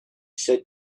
said